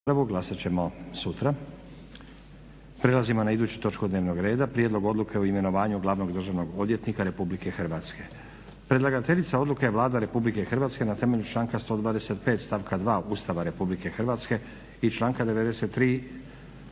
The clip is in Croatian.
Nenad (SDP)** Prelazimo na iduću točku dnevnog reda - Prijedlog odluke o imenovanju glavnog državnog odvjetnika RH Predlagateljica odluke je Vlada RH na temelju članka 125.stavka 2. Ustava RH i članka 93. stavka 1.